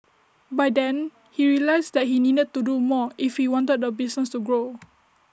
by then he realised that he needed to do more if he wanted the business to grow